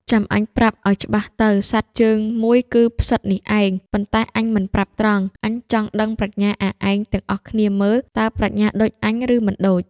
ចាំអញប្រាប់ឲ្យច្បាស់ទៅ សត្វជើងមួយគឺផ្សិតនេះឯង ប៉ុន្តែអញមិនប្រាប់ត្រង់ អញចង់ដឹងប្រាជ្ញអាឯងទាំងអស់គ្នាមើល៍ តើប្រាជ្ញដូចអញ ឬមិនដូច!"។